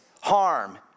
harm